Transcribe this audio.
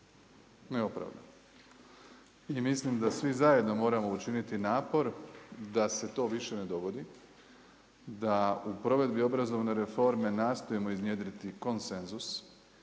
neopravdano. I mislim da svi zajedno moramo učiniti napor da se to više ne dogodi, da u provedbi obrazovne reforme nastojimo iznjedriti konsenzus.